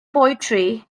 poetry